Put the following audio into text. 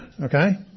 Okay